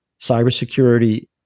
Cybersecurity